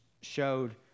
showed